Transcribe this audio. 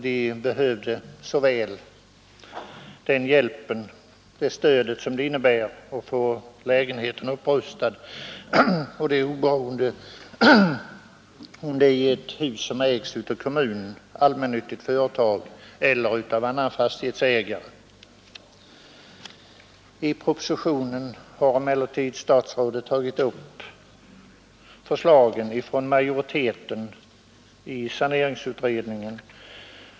De behöver så väl det stöd som det innebär att få lägenheten upprustad, oberoende av om huset ägs av kommunen, allmännyttigt företag eller annan fastighets I propositionen har emellertid statsrådet tagit upp förslagen från majoriteten i saneringsutredningen.